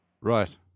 right